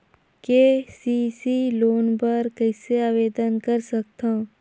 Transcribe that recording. KCC loan बर कइसे आवेदन कर सकथव?